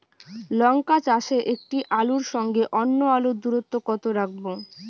লঙ্কা চাষে একটি আলুর সঙ্গে অন্য আলুর দূরত্ব কত রাখবো?